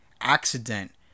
accident